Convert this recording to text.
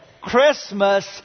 Christmas